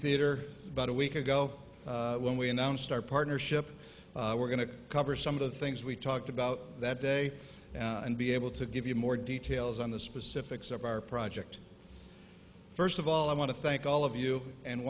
theatre about a week ago when we announced our partnership we're going to cover some of the things we talked about that day and be able to give you more details on the specifics of our project first of all i want to thank all of you and